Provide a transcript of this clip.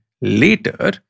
later